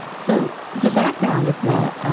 so the background is that.